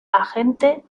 agente